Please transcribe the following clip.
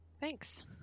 Thanks